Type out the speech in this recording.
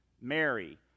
Mary